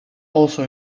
also